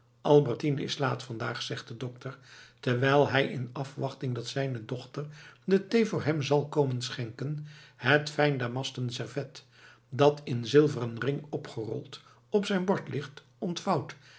albertine is laat vandaag zegt de dokter terwijl hij in afwachting dat zijne dochter de thee voor hem zal komen schenken het fijn damasten servet dat in zilveren ring gerold op zijn bord ligt ontvouwt